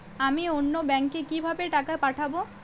আমি অন্য ব্যাংকে কিভাবে টাকা পাঠাব?